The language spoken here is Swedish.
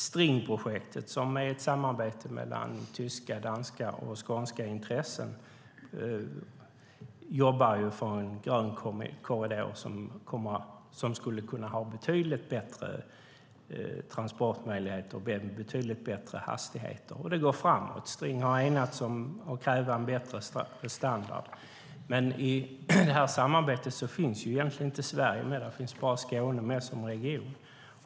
Stringprojektet, ett samarbete mellan tyska, danska och skånska intressen, jobbar för en grön korridor som skulle kunna ha betydligt bättre transportmöjligheter och betydligt bättre hastigheter. Det går framåt. String har enats om att kräva en bättre standard. I det här samarbetet finns dock egentligen inte Sverige med utan bara Skåne som region.